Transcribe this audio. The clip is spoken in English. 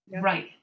Right